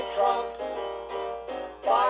Trump